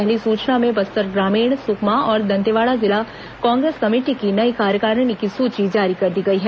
पहली सूची में बस्तर ग्रामीण सुकमा और दंतेवाड़ा जिला कांग्रेस कमेटी की नई कार्यकारिणी की सूची जारी कर दी गई है